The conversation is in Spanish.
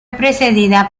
precedida